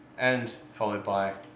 and followed by